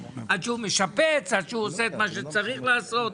משפץ ועושה את מה שצריך לעשות.